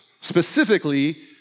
Specifically